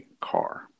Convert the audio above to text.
car